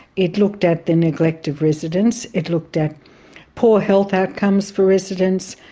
it looked at the neglect of residents, it looked at poor health outcomes for residents,